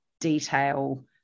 detail